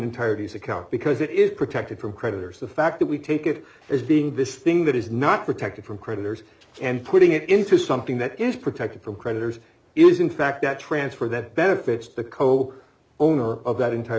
entire piece account because it is protected from creditors the fact that we take it as being this thing that is not protected from creditors and putting it into something that is protected from creditors is in fact that transfer that benefits the co owner of that entire